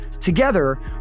Together